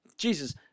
Jesus